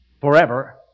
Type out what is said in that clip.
forever